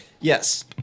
Yes